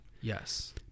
yes